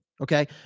Okay